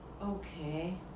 Okay